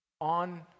On